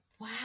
wow